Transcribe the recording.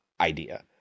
idea